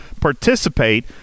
participate